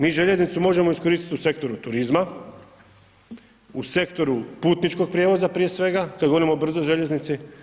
Mi željeznicu možemo iskoristiti u sektoru turizma, u sektoru putničkog prijevoza prije svega, kad govorimo o brzoj željeznici.